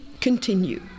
continue